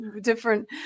Different